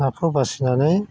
नाखौ बासिनानै